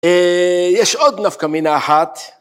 ‫יש עוד נפקא מינה אחת,